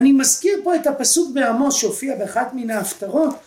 אני מזכיר פה את הפסוק מעמוס שהופיע באחת מן ההפטרות